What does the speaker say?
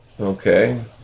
Okay